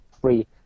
free